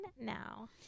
now